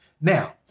Now